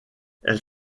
elle